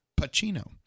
Pacino